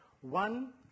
One